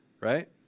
right